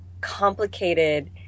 complicated